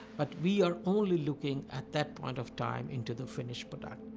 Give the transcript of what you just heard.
but we are only looking at that point of time into the finished but